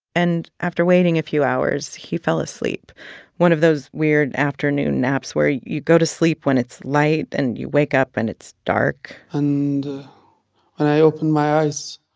and after waiting a few hours, he fell asleep one of those weird afternoon naps, where you go to sleep when it's light. and you wake up, and it's dark and when i opened my eyes,